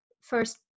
first